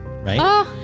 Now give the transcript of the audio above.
right